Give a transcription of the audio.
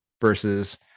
versus